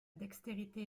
dextérité